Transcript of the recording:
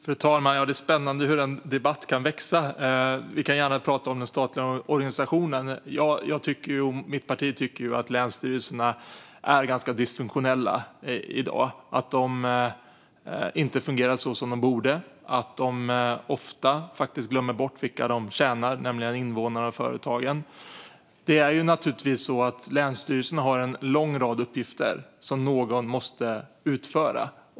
Fru talman! Det är spännande hur en debatt kan växa! Vi kan gärna prata om den statliga organisationen. Jag och mitt parti tycker att länsstyrelserna är ganska dysfunktionella i dag. De fungerar inte så som de borde, och de glömmer ofta bort vilka de tjänar, nämligen invånarna och företagen. Länsstyrelserna har naturligtvis en lång rad uppgifter som någon måste utföra.